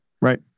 Right